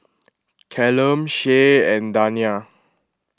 Callum Shae and Dania